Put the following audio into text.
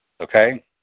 okay